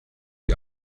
die